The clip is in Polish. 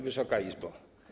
Wysoka Izbo!